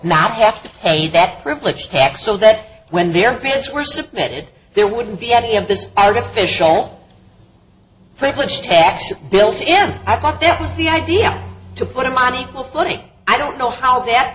not have to pay that privileged tax so that when their parents were submitted there wouldn't be any of this artificial privileged tax bill to him i thought that was the idea to put him on equal footing i don't know how that